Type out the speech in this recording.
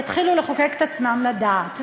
יתחילו לחוקק את עצמן לדעת.